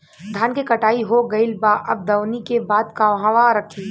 धान के कटाई हो गइल बा अब दवनि के बाद कहवा रखी?